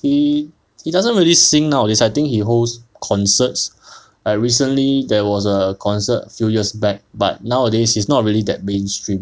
he he doesn't really sing nowadays I think he hosts concerts like recently there was a concert a few years back but nowadays he's not really that mainstream